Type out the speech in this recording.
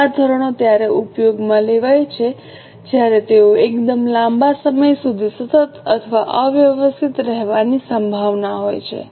આ ધોરણો ત્યારે ઉપયોગમાં લેવાય છે જ્યારે તેઓ એકદમ લાંબા સમય સુધી સતત અથવા અવ્યવસ્થિત રહેવાની સંભાવના હોય છે